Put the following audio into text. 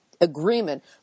agreement